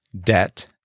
Debt